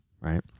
right